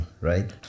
right